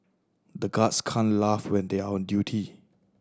the guards can't laugh when they are on duty